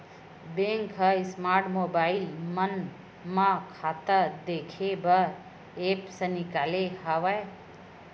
bank ह smart mobile मन म खाता देखे बर ऐप्स निकाले हवय